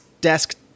desk